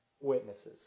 witnesses